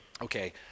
okay